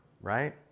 right